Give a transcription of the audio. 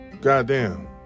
Goddamn